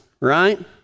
right